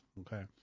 okay